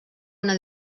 una